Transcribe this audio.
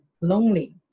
lonely